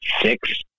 six